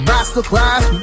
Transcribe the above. Masterclass